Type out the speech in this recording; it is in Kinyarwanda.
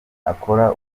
akora